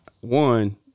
One